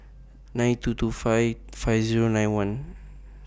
nine two two five five Zero nine one